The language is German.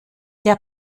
der